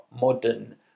modern